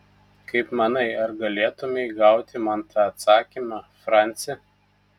kaip manai ar galėtumei gauti man tą atsakymą franci